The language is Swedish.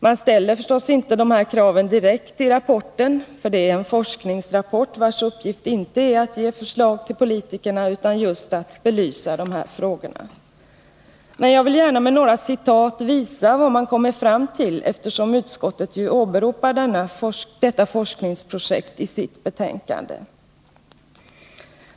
Man ställer inte dessa krav i rapporten — det är en forskningsrapport, vars uppgift inte är att ge förslag till politikerna utan just att belysa dessa frågor. Men jag vill gärna med några citat visa vad man kommit fram till, eftersom utskottet ju åberopar detta forskningsprojekt i sitt betänkande.